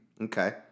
Okay